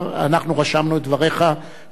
אנחנו רשמנו את דבריך לסדר-היום.